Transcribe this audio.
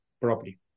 property